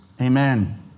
Amen